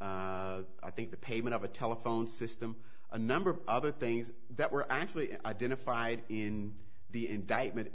i think the payment of a telephone system a number of other things that were actually identified in the indictment